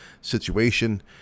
situation